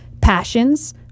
passions